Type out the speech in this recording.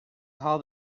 call